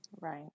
Right